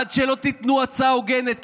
עד שלא תיתנו הצעה הוגנת.